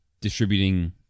distributing